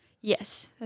Yes